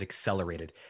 accelerated